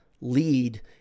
lead